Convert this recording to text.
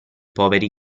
poveri